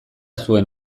zuen